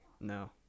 No